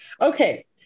okay